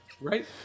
Right